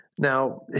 Now